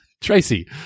Tracy